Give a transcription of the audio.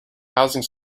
housing